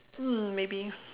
mm maybe